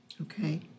okay